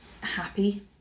happy